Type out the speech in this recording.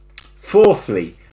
Fourthly